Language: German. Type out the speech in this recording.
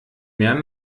mehr